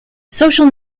social